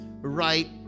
right